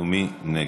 מי נגד?